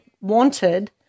wanted